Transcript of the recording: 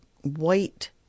white